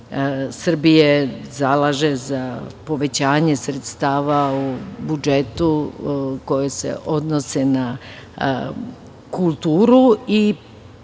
SPS zalaže za povećanje sredstava u budžetu koje se odnose na kulturu.